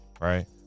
Right